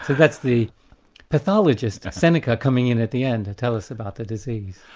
that's the pathologist, seneca, coming in at the end to tell us about the disease.